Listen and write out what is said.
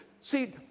See